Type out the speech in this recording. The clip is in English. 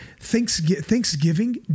Thanksgiving